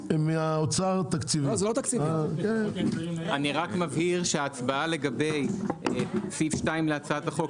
אני רק מבהיר שהצבעה לגבי סעיף 2 להצעת החוק,